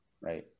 right